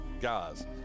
guys